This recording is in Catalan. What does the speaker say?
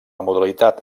modalitat